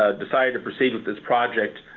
ah decided to proceed with this project,